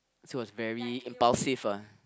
it was very impulsive ah